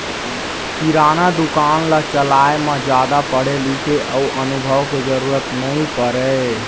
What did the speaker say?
किराना दुकान ल चलाए म जादा पढ़े लिखे अउ अनुभव के जरूरत नइ परय